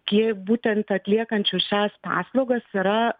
kiek būtent atliekančių šias paslaugas yra